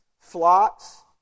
flocks